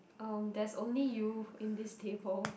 um there's only youth in this table